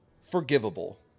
forgivable